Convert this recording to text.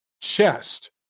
chest